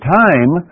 time